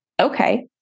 Okay